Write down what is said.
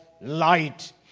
light